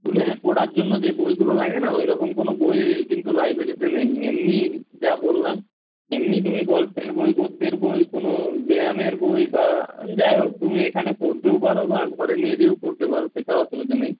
স্কুলে পড়ার জন্য যে বইগুলো লাগে না ওই রকম কোনো বই কিন্তু লাইব্রেরিতে নেই এমনি যা বললাম এমনি তুমি গল্পের বই গদ্যের বই কোনো ব্যায়ামের বই বা যাই হোক তুমি এখানে পড়তেও পারো বা ঘরে নিয়ে যেয়েও পড়তে পারো সেটা অসুবিধে নেই